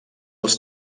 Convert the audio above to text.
els